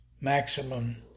maximum